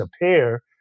appear